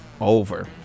Over